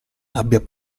abbia